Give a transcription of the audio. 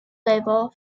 label